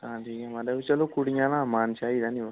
हां जी माराज चलो कुड़ियां आह्लां दा मन चाहिदा निं बा